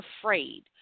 afraid